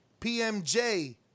PMJ